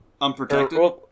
Unprotected